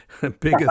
bigger